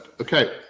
Okay